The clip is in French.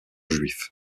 juif